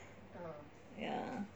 ya